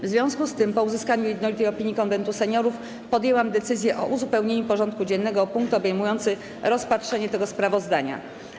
W związku z tym, po uzyskaniu jednolitej opinii Konwentu Seniorów, podjęłam decyzję o uzupełnieniu porządku dziennego o punkt obejmujący rozpatrzenie tego sprawozdania.